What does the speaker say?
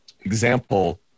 example